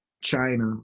China